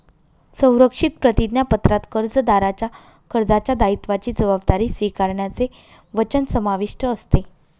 संरक्षित प्रतिज्ञापत्रात कर्जदाराच्या कर्जाच्या दायित्वाची जबाबदारी स्वीकारण्याचे वचन समाविष्ट असते